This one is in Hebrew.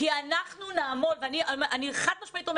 כי אנחנו נעמול על אמון.